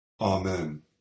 Amen